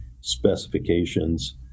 specifications